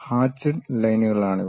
hatched ലൈനുകളാണിവ